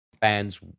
fans